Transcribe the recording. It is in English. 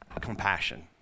compassion